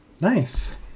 nice